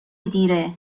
دیره